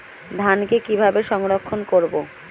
ধানকে কিভাবে সংরক্ষণ করব?